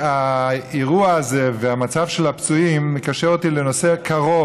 האירוע הזה והמצב של הפצועים מקשר אותי לנושא קרוב,